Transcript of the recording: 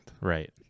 Right